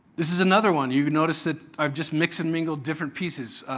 this is another one. you notice that i've just mixed and mingled different pieces.